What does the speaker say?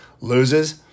loses